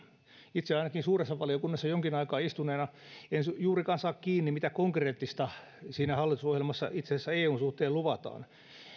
itse ainakaan suuressa valiokunnassa jonkin aikaa istuneena en juurikaan saa kiinni siitä mitä konkreettista hallitusohjelmassa itse asiassa eun suhteen luvataan